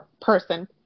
person